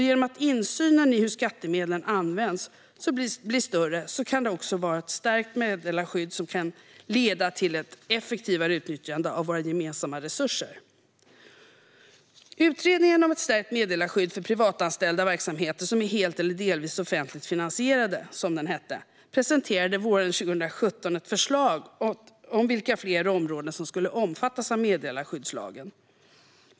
Genom att insyn i hur skattemedlen används blir större kan ett stärkt meddelarskydd också leda till ett effektivare utnyttjande av våra gemensamma resurser. Utredningen om ett stärkt meddelarskydd för privatanställda i verksamheter som är helt eller delvis offentligt finansierade, som den hette, presenterade våren 2017 ett förslag om vilka fler områden som skulle omfattas av meddelarskyddslagen.